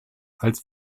als